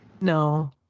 no